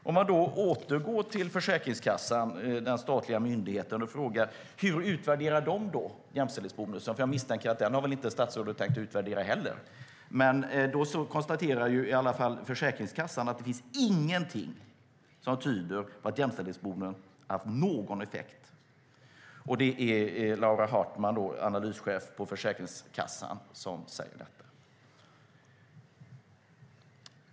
Om man vänder sig till den statliga myndigheten Försäkringskassan och frågar hur man där utvärderar jämställdhetsbonusen - för jag misstänker att statsrådet inte heller har tänkt utvärdera den - konstaterar Försäkringskassan att det inte finns någonting som tyder på att jämställdhetsbonusen har haft någon effekt. Det är Laura Hartman, analyschef på Försäkringskassan, som säger detta.